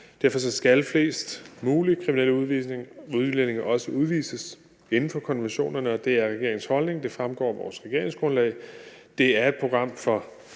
Derfor skal flest mulige kriminelle udlændinge også udvises inden for konventionerne. Det er regeringens holdning, og det fremgår af vores regeringsgrundlag. Det er et program for